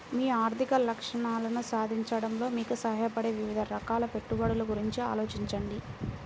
మీ ఆర్థిక లక్ష్యాలను సాధించడంలో మీకు సహాయపడే వివిధ రకాల పెట్టుబడుల గురించి ఆలోచించండి